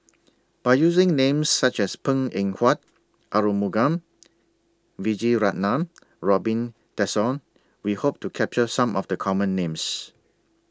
By using Names such as Png Eng Huat Arumugam Vijiaratnam Robin Tessensohn We Hope to capture Some of The Common Names